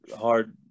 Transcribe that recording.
hard